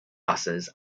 buses